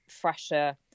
fresher